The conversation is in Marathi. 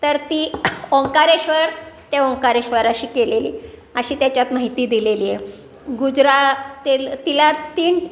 तर ती ओंकारेश्वर त्या ओंकारेश्वराशी केलेली अशी त्याच्यात माहिती दिलेली आहे गुजरा तिला तीन